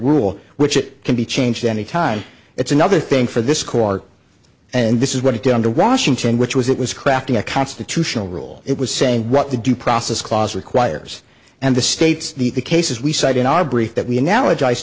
rule which it can be changed any time it's another thing for this court and this is what it did under washington which was it was crafting a constitutional rule it was saying what the due process clause requires and the states the cases we cite in our brief that we analog